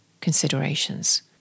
considerations